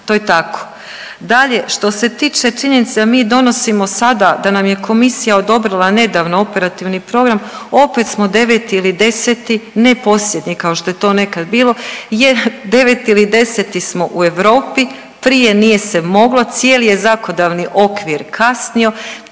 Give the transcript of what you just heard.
to je tako. Dalje, što se tiče činjenica mi donosimo sada da nam je komisija odobrila nedavno operativni program, opet smo 9. ili 10., ne posljednji kao što je to nekad bilo jer 9. ili 10. smo u Europi prije nije se moglo cijeli je zakonodavni okvir kasnio.